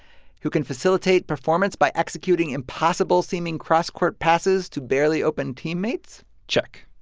who can facilitate performance by executing impossible-seeming cross-court passes to barely open teammates check